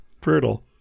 Brutal